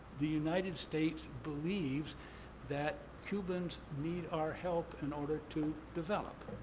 the united states believes that cubans need our help in order to develop.